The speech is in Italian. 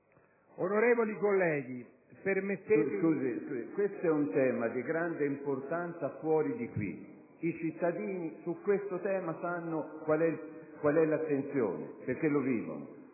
Onorevoli colleghi, permettetemi...